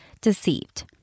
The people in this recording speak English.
deceived